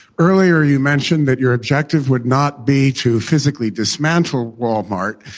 earlier, you mentioned that your objective would not be to physically dismantle walmart.